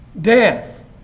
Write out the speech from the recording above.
death